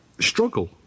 struggle